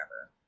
forever